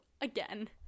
Again